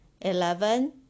Eleven